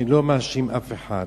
אני לא מאשים אף אחד,